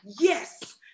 Yes